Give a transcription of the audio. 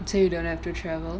so you don't have to travel